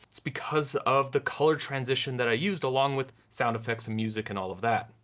it's because of the color transition that i used along with sound effects and music and all of that.